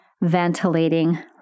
ventilating